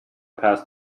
past